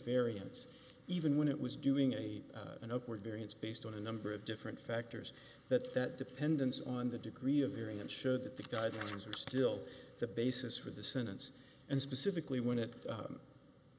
variance even when it was doing eight and upward variance based on a number of different factors that that dependence on the degree of hearing and showed that the guidelines are still the basis for the sentence and specifically when it